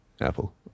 Apple